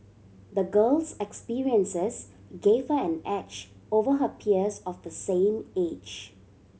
the girl's experiences gave her an edge over her peers of the same age